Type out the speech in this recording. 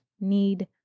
need